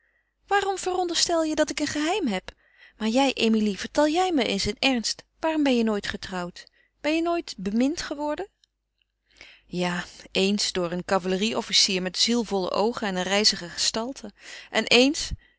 waarom veronderstel je dat ik een geheim heb maar jij emilie vertel jij me eens in ernst waarom ben je nooit getrouwd ben je nooit bemind geworden ja eens door een cavalerie-officier met zielvolle oogen en een rijzige gestalte en eens